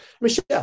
Michelle